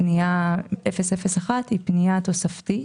פנייה 001 היא תוספתית,